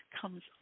comes